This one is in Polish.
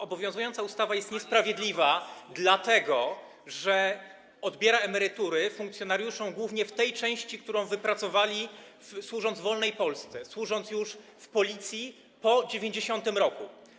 Obowiązująca ustawa jest niesprawiedliwa, dlatego że odbiera emerytury funkcjonariuszom głównie w tej części, którą wypracowali, służąc w wolnej Polsce, służąc w Policji już po 1990 r.